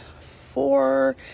four